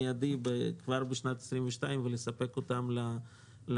מיידי כבר בשנת 22 ולספק אותן לאנשים.